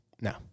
No